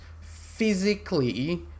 physically